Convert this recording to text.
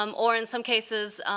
um or in some cases,